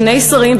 שני שרים,